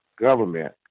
government